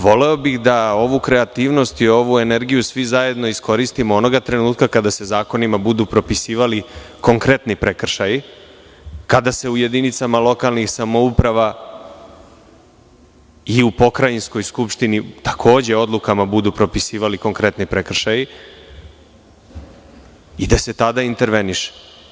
Voleo bih da ovu kreativnost i ovu energiju svi zajedno iskoristimo onoga trenutka kada se zakonima budu propisivali konkretni prekršaji, kada se u jedinicama lokalnih samouprava i u pokrajinskoj Skupštini takođe odlukama budu propisivali konkretni prekršaji i da se tada interveniše.